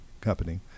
company